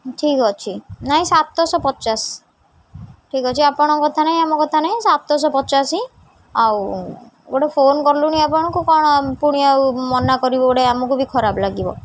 ଠିକ୍ ଅଛି ନାଇଁ ସାତଶହ ପଚାଶ ଠିକ୍ ଅଛି ଆପଣଙ୍କ କଥା ନାଇଁ ଆମ କଥା ନାଇଁ ସାତଶହ ପଚାଶ ହିଁ ଆଉ ଗୋଟେ ଫୋନ୍ କଲୁଣି ଆପଣଙ୍କୁ କ'ଣ ପୁଣି ଆଉ ମନା କରିବୁ ଗୋଟେ ଆମକୁ ବି ଖରାପ ଲାଗିବ